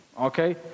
okay